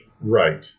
Right